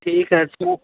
ठीक है तो